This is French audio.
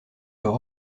leur